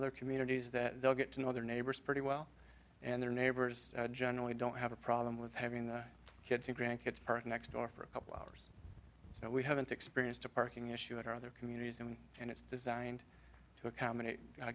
other communities that they'll get to know their neighbors pretty well and their neighbors generally don't have a problem with having their kids and grandkids parked next door for a couple hours so we haven't experienced a parking issue at our other communities and and it's designed to accommodate i